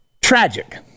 Tragic